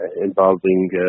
involving